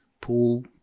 pool